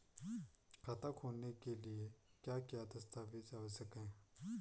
खाता खोलने के लिए क्या क्या दस्तावेज़ आवश्यक हैं?